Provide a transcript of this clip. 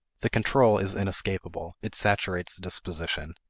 the control is inescapable it saturates disposition.